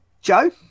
Joe